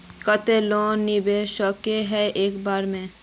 केते लोन मिलबे सके है एक बार में?